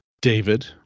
David